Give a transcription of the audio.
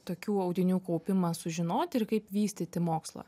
tokių audinių kaupimą sužinoti ir kaip vystyti mokslą